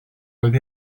oedd